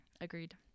agreed